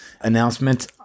announcement